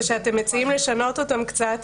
ואתם מציעים לשנות קצת,